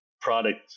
product